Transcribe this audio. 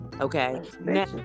Okay